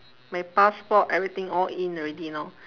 my passport everything all in already know